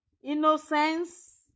innocence